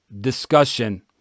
discussion